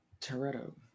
Toretto